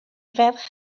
ferch